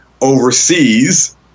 overseas